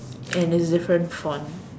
and it's different font